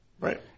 Right